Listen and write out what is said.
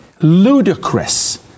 ludicrous